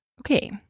Okay